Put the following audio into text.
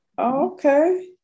Okay